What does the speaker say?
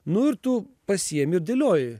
nu ir tu pasiėmi ir dėlioji